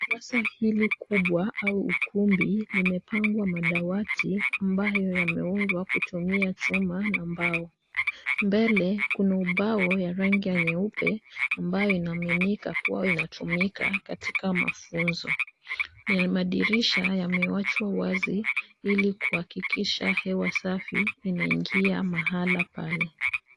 Darasa hili kubwa au ukumbi umepangwa madawati ambayo yameundwa kutumia chuma na mbao. Mbele kuna ubao ya rangi ya nyeupe ambayo inaaminika kuwa inatumika katika mafunzo. Madirisha yameachwa wazi ili kuhakikisha hewa safi inaingia mahala pale.